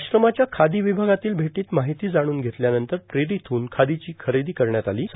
आश्रमाच्या खादो विभागातील भेटोत मार्गाहती जाणून घेतल्यानंतर प्रेरित होऊन खादोंची खरेदों करण्यात आलों